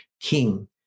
king